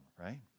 right